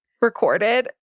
recorded